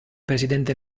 presidente